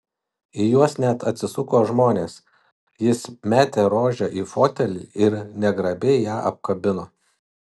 į juos net atsisuko žmonės jis metė rožę į fotelį ir negrabiai ją apkabino